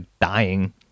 dying